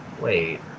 Wait